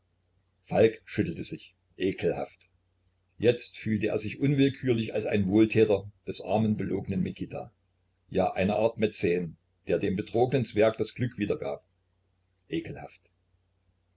falk schüttelte sich ekelhaft jetzt fühlte er sich unwillkürlich als ein wohltäter des armen belogenen mikita ja eine art mäzen der dem betrogenen zwerg das glück wiedergab ekelhaft